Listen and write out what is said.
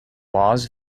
laws